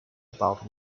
about